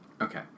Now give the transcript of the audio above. Okay